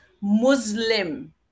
Muslim